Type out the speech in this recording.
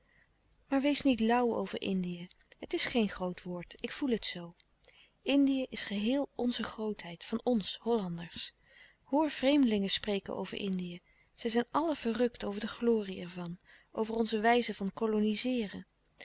maar wees niet lauw over indië het is geen groot woord ik voel het zoo indië is geheel onze grootheid van ons hollanders hoor vreemdelingen spreken over indië zij zijn allen verrukt over de glorie ervan over onze wijze van